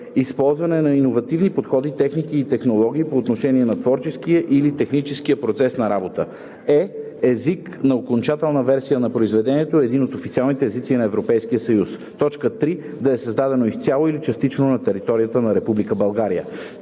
използване на иновативни подходи, техники и технологии по отношение на творческия и /или техническия процес на работа; е) език на окончателната версия на произведението – един от официалните езици на Европейския съюз. 3. да е създадено изцяло или частично на територията на Република